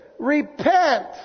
repent